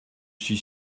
suis